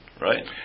right